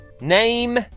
Name